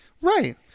Right